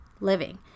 living